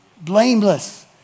blameless